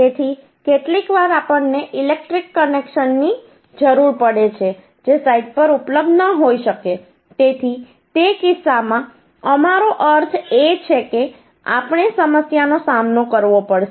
તેથી કેટલીકવાર આપણને ઇલેક્ટ્રિક કનેક્શનની જરૂર પડે છે જે સાઇટ પર ઉપલબ્ધ ન હોઈ શકે તેથી તે કિસ્સામાં અમારો અર્થ એ છે કે આપણે સમસ્યાનો સામનો કરવો પડશે